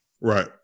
Right